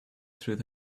through